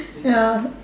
ya